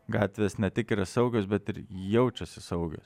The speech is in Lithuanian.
gatvės ne tik yra saugios bet ir jaučiasi saugios